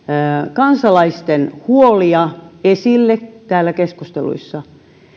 kansalaisten huolia esille täällä keskusteluissa